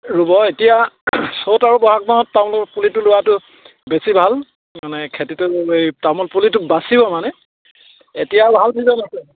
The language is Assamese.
ৰ'ব এতিয়া চ'ত আৰু বহাগ মাহত তামোলৰ পুলিটো ৰোৱাটো বেছি ভাল মানে খেতিটো এই তামোল পুলিটো বাচিব মানে এতিয়া ভাল ছিজন আছে